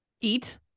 eat